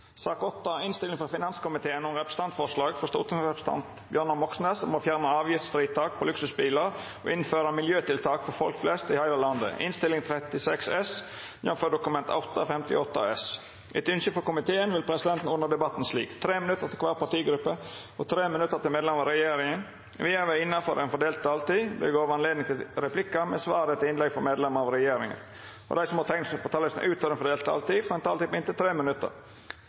sak nr. 6. Etter ynske frå finanskomiteen vil presidenten ordna debatten slik: 3 minutt til kvar partigruppe og 3 minutt til medlemer av regjeringa. Vidare vil det – innanfor den fordelte taletida – verta gjeve anledning til replikkar med svar etter innlegg frå medlemer av regjeringa, og dei som måtte teikna seg på talarlista utover den fordelte taletida, får ei taletid på inntil 3 minutt.